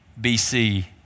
BC